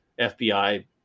FBI